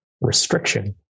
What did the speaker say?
restriction